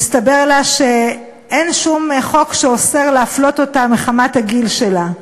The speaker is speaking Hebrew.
הסתבר לה שאין שום חוק שאוסר להפלות אותה מחמת הגיל שלה.